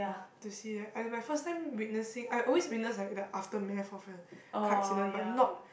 to see that at my first time witnessing I always witness like the aftermath of a car accident but not